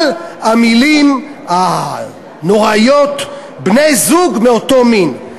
המילים הנוראיות "בני-זוג מאותו המין",